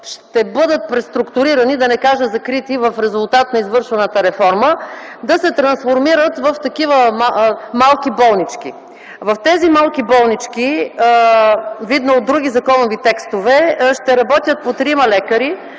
ще бъдат преструктурирани, да не кажа закрити, в резултат на извършваната реформа, да се трансформират в такива малки болнички. В тези малки болнички, видно от други законови текстове, ще работят по трима лекари,